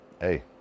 Hey